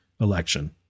election